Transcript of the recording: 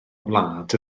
wlad